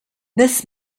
this